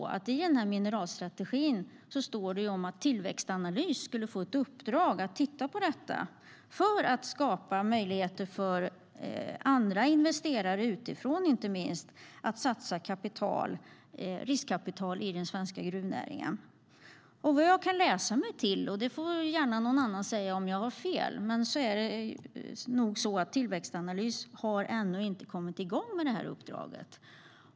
I mineralstrategin står det om att Tillväxtanalys ska titta på detta för att skapa möjligheter för andra investerare, inte minst utifrån, att satsa riskkapital i den svenska gruvnäringen. Vad jag kan läsa mig till, och någon annan får gärna säga om jag har fel, är det nog så att Tillväxtanalys ännu inte har kommit igång med det uppdraget.